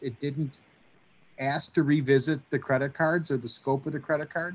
it didn't ask to revisit the credit cards and the scope of the credit card